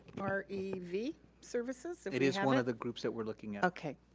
r e v services it is one of the groups that we're looking at. okay,